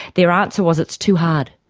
their answer was it's too hard.